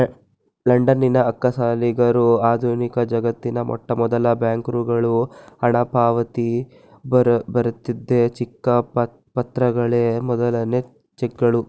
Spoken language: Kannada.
ಲಂಡನ್ನಿನ ಅಕ್ಕಸಾಲಿಗರು ಆಧುನಿಕಜಗತ್ತಿನ ಮೊಟ್ಟಮೊದಲ ಬ್ಯಾಂಕರುಗಳು ಹಣದಪಾವತಿ ಬರೆಯುತ್ತಿದ್ದ ಚಿಕ್ಕ ಪತ್ರಗಳೇ ಮೊದಲನೇ ಚೆಕ್ಗಳು